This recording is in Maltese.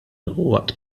waqt